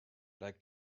like